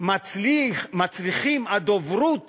מצליחים הדוברות